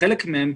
וחלק מהם,